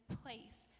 place